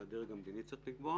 אלא הדרג המדיני צריך לקבוע